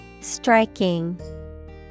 Striking